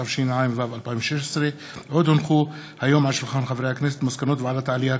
התשע"ו 2016. מסקנות ועדת העלייה,